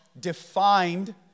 defined